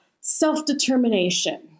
self-determination